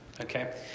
Okay